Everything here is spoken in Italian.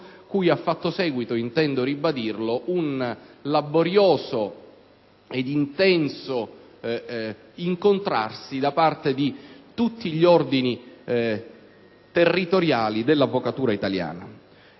cui hanno fatto seguito - intendo ribadirlo - laboriosi ed intensi incontri tra i rappresentanti di tutti gli ordini territoriali dell'avvocatura italiana.